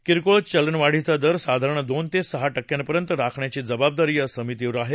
किरकोळ चलनवाढीचा दर साधारण दोन ते सहा टक्क्यांपर्यंत राखण्याची जबाबदारी या समितीवर आहे